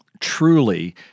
truly